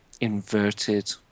inverted